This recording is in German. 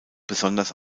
besonders